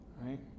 right